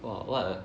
!wow! what a